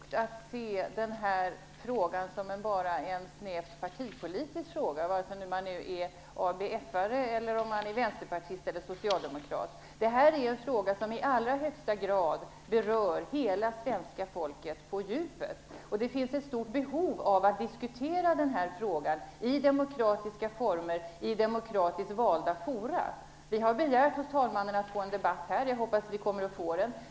Fru talman! Jag tror inte att det är särskilt klokt att se den här frågan som enbart en snävt partipolitisk fråga, vare sig man är ABF:are, vänsterpartist eller socialdemokrat. Det är en fråga som i allra högsta grad berör hela svenska folket på djupet. Det finns ett stort behov av att diskutera den här frågan i demokratiska former, i demokratiskt valda fora. Vi har begärt hos talmannen att få en debatt här. Jag hoppas att vi kommer att få det.